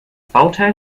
bauteil